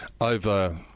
Over